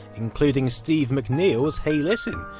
including steve mcneil's hey listen.